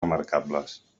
remarcables